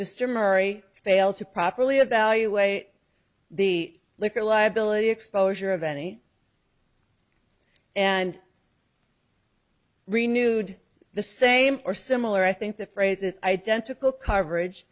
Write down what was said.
murray failed to properly evaluate the liquor liability exposure of any and renewed the same or similar i think the phrase is identical coverage